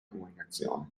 comunicazione